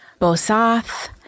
Bosath